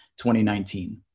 2019